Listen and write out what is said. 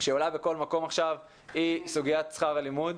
שעולה בכל מקום עכשיו היא סוגיית שכר הלימוד.